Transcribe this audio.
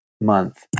month